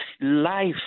life